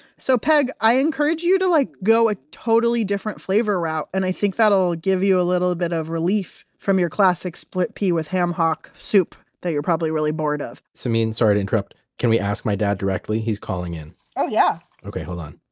so peg, i encourage you to like go a totally different flavor route. and i think that will give you a little bit of relief from your classic split pea with ham hock soup that you're probably really bored of samin, sorry. sorry to interrupt. can we ask my dad directly? he's calling in oh, yeah okay, hold on.